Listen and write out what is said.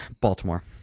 Baltimore